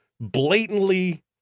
blatantly